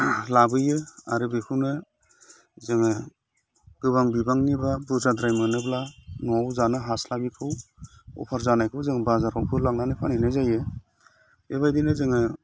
लाबोयो आरो बेखौनो जोङो गोबां बिबांनि बा बुरजाद्राय मोनोब्ला न'आव जानो हास्लाबैखौ अभार जानायखौ जों बाजारावबो लांनानै फानहैनाय जायो बेबायदिनो जोङो